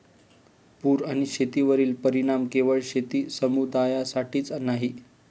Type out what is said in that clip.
पूर आणि शेतीवरील परिणाम केवळ शेती समुदायासाठीच नाही